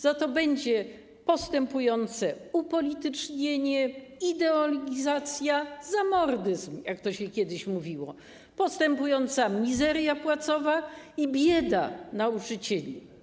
Za to będzie postępujące upolitycznienie, ideologizacja, zamordyzm, jak to się kiedyś mówiło, postępująca mizeria płacowa i bieda nauczycieli.